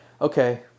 okay